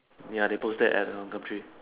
ya they posted at on Gumtree